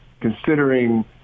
considering